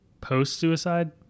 post-suicide